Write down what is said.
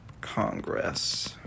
Congress